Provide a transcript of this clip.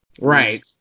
right